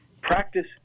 Practice